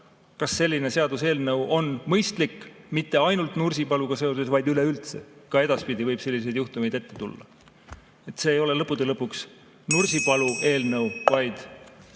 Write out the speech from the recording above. Kas selline seaduseelnõu on mõistlik – mitte ainult Nursipaluga seoses, vaid üleüldse? Ka edaspidi võib selliseid juhtumeid ette tulla. See ei ole lõppude lõpuks Nursipalu eelnõu, vaid